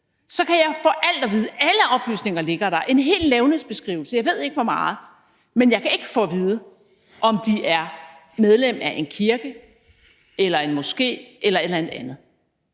kan jeg få alt at vide – alle oplysninger ligger der; der er hele levnedsbeskrivelser, og jeg ved ikke hvad – men jeg kan ikke få at vide, om de er medlem af en kirke, en moské eller noget andet.